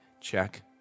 check